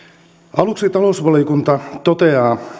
aluksi talousvaliokunta toteaa